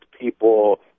people